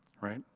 right